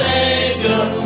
Savior